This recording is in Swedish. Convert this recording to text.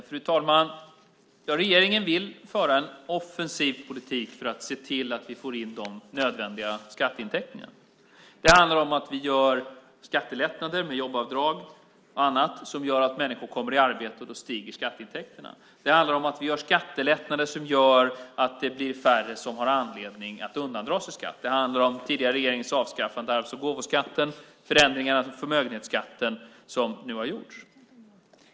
Fru talman! Regeringen vill föra en offensiv politik för att se till att vi får in de nödvändiga skatteintäkterna. Det handlar om att vi gör skattelättnader i form av jobbavdrag och annat. Det i sin tur gör att människor kommer i arbete, och därmed stiger skatteintäkterna. Det handlar om att vi genomför skattelättnader som innebär att färre har anledning att undandra sig skatt. Det handlar om den tidigare regeringens avskaffande av arvs och gåvoskatten samt om förändringar av förmögenhetsskatten som nu har gjorts.